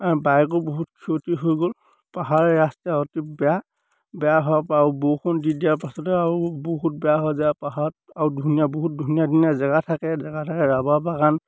বাইকো বহুত ক্ষতি হৈ গ'ল পাহাৰীয়া ৰাস্তা অতি বেয়া বেয়া হোৱাৰপৰা আৰু বৰষুণ দি দিয়াৰ পাছতে আৰু বহুত বেয়া হৈ যায় পাহাৰত আৰু ধুনীয়া বহুত ধুনীয়া ধুনীয়া জেগা থাকে জেগা থাকে ৰাবাৰ বাগান